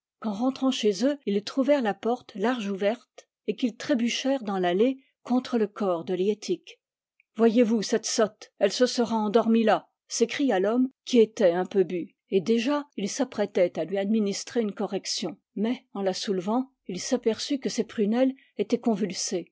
qu'en rentrant chez eux ils trouvèrent la porte large ouverte et qu'ils trébuchèrent dans l'allée contre le corps de liettik voyez-vous cette sotte elle se sera endormie là s'écria l'homme qui était un peu bu et déjà il s'apprêtait à lui administrer une correction mais en la soulevant il s'aperçut que ses prunelles étaient convulsées